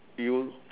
you